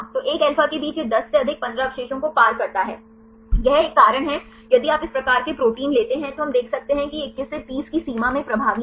तो एक अल्फा के बीच यह 10 से अधिक 15 अवशेषों को पार करता है यह एक कारण है यदि आप इस प्रकार के प्रोटीन लेते हैं तो हम देख सकते हैं कि यह 21 से 30 की सीमा में प्रभावी है